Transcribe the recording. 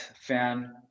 fan